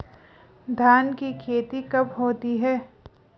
धान की खेती कब होती है?